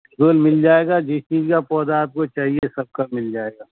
جو مل جائے گا جس چیز کا پودا آپ کو چاہیے سب کا مل جائے گا